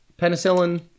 Penicillin